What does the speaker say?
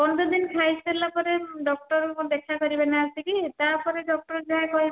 ପନ୍ଦର ଦିନ ଖାଇ ସାରିଲା ପରେ ଡକ୍ଟରଙ୍କୁ ଦେଖାକରିବେ ନା ଆସିକି ତାପରେ ଡକ୍ଟର ଯାହା କହିବେ